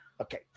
Okay